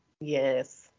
Yes